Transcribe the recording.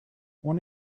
when